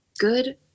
good